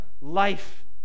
life